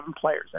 players